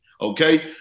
Okay